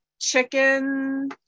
Chicken